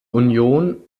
union